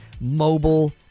mobile